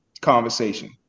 conversation